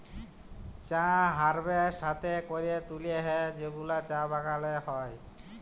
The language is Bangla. চা হারভেস্ট হ্যাতে ক্যরে তুলে হ্যয় যেগুলা চা বাগালে হ্য়য়